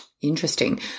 Interesting